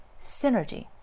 Synergy